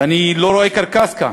ואני לא רואה קרקס כאן,